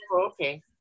okay